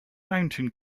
mountain